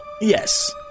yes